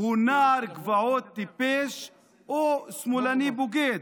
הוא נער גבעות טיפש או שמאלני בוגד,